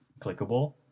clickable